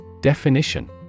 Definition